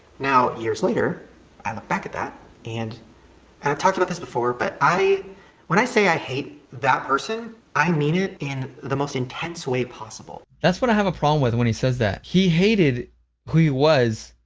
now, years later, i look back at that and. and i've talked about this before but i when i say i hate that person i mean it in the most intense way possible. that's what i have a problem with, when he says that he hated who he was